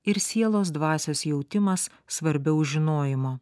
ir sielos dvasios jautimas svarbiau žinojimo